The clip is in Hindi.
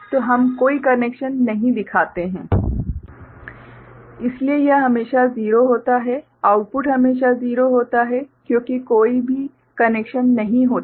तो हम कोई कनेक्शन नहीं दिखाते हैं इसलिए यह हमेशा 0 होता है आउटपुट हमेशा 0 होता है क्योंकि कोई भी कनेक्शन नहीं होता है